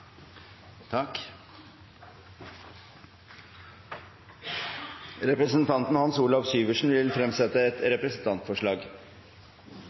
Representanten Hans Olav Syversen vil fremsette et